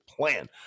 plan